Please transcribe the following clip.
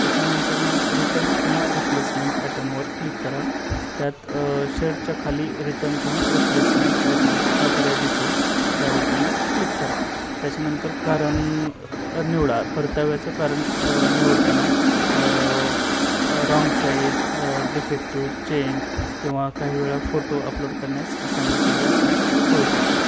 त्याच्यानंतरनं return किंवा replacement ॲटमवर click करा त्यात शर्टच्या खाली रिटर्न किंवा रिप्लेसमेंट ॲटम्स हा पर्याय दिसेल त्यावर तुम्ही क्लिक करा त्याच्यानंतर कारण निवडा परताव्याचं कारण निवडताना रॉन्ग साईज डिफेक्टिव चेंज किंवा काहीवेळा फोटो अपलोड करण्यास सांगितलेले असेल तर ते करू शकता